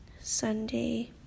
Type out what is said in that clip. Sunday